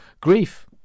grief